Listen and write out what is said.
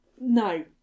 no